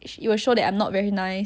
is it